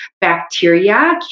bacteria